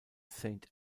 saint